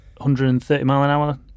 130-mile-an-hour